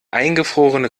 eingefrorene